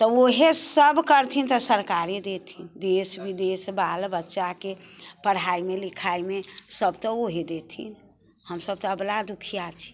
तऽ उहे सब करथिन तऽ सरकारे देथिन देश विदेश बाल बच्चाके पढ़ाइमे लिखाइमे सब तऽ उहे देथिन हमसब तऽ अबला दुखिआ छी